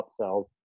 upsell